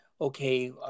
okay